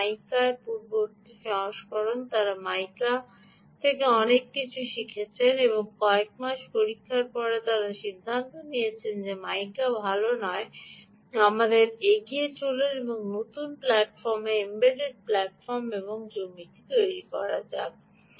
সুতরাং মাইকা এর পূর্ববর্তী সংস্করণ ছিল তারা মাইকা থেকে অনেক কিছু শিখেছে এবং বেশ কয়েক মাস পরীক্ষার পরে তারা সিদ্ধান্ত নিয়েছে যে মাইকা ভাল নয় এগিয়ে চলুন এবং এই নতুন প্ল্যাটফর্ম এম্বেডেড প্ল্যাটফর্ম এবং জমিটি তৈরি করা যাক